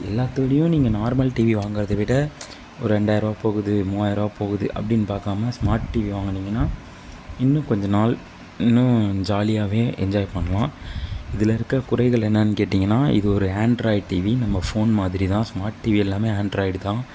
எல்லாத்தோடவும் நீங்கள் normal TV வாங்கிறத விட ஒரு ரெண்டாயிரவா போகுது மூவாயிருவா போகுது அப்படின்னு பார்க்காம ஸ்மார்ட் டிவி வாங்கினீங்கன்னா இன்னும் கொஞ்சம் நாள் இன்னும் ஜாலியாகவே என்ஜாய் பண்ணலாம் இதில் இருக்கிற குறைகள் என்னனு கேட்டீங்கன்னா இது ஒரு ஆண்ட்ராய்டு டிவி நம்ம ஃபோன் மாதிரி தான் ஸ்மார்ட் டிவி எல்லாம் ஆண்ட்ராய்டு தான்